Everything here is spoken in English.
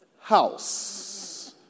house